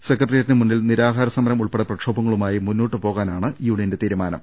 സെക്രട്ടേറിയറ്റിന് മുന്നിൽ നിരാ ഹാരസമരം ഉൾപ്പെട്ടെ പ്രക്ഷോഭങ്ങളുമായി മുന്നോട്ടുപോകാനാണ് യൂണിയന്റെ തീരുമാനം